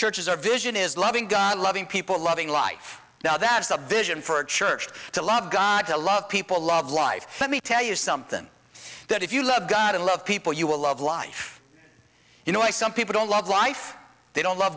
churches are vision is loving god loving people loving life now that's the vision for a church to love god to love people love life let me tell you something that if you love god and love people you will love life you know why some people don't love life they don't love